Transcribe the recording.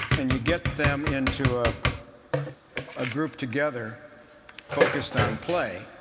and you get them into a ah group together focused on play,